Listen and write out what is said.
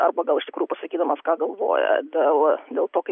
arba gal iš tikrųjų pasakydamas ką galvoja dėl dėl to kaip